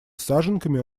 саженками